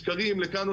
שקרים לכאן,